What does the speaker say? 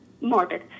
morbid